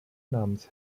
namens